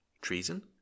Treason